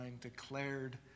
declared